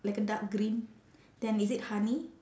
like a dark green then is it honey